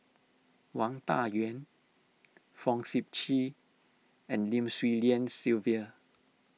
Wang Dayuan Fong Sip Chee and Lim Swee Lian Sylvia